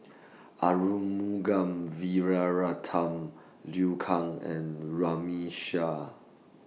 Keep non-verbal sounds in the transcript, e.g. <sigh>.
Arumugam <unintelligible> Liu Kang and Runme Shaw